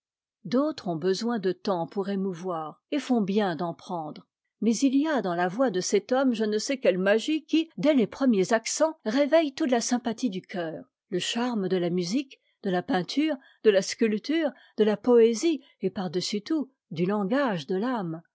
d'autres ont besoin de temps pour émouvoir t font bien d'en prendre mais il y a dans la voix de cet homme je ne sais quelle magie qui dès les premiers accents réveille toute la sympathie du coeur le charme de la musique de la peinture de la sculpture de la poésie et par-dessus tout du langage de l'âme